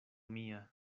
mia